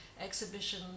exhibition